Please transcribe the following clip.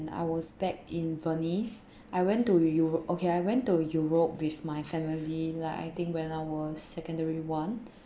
when I was back in venice I went to euro~ okay I went to europe with my family like I think when I was secondary one